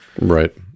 right